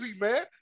man